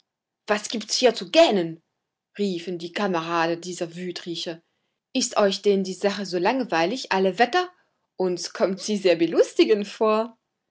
was gibt's hier zu gähnen riefen die kameraden dieser wütriche ist euch denn die sache so langweilig alle wetter uns kommt sie sehr belustigend vor